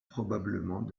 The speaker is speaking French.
probablement